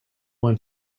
one